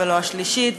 ולא השלישית,